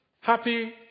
happy